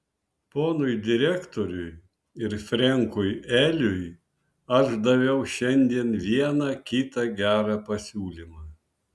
ponui direktoriui ir frenkui eliui aš daviau šiandien vieną kitą gerą pasiūlymą